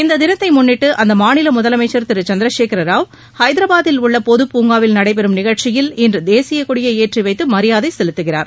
இந்த தினத்தை முன்னிட்டு அம்மாநில முதலமைச்சர் திரு சந்திரசேகர் ராவ் ஹைதராபாதில் உள்ள பொது பூங்காவில் நடைபெறும் நிகழ்ச்சியில் இன்று தேசியக்கொடியை ஏற்றிவைத்து மரியாதை செலுத்துகிறார்